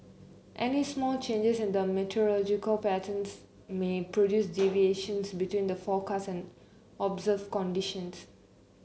any small changes in the meteorological patterns may produce deviations between the forecast and observed conditions